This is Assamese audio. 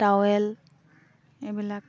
টাৱেল এইবিলাক